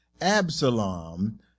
Absalom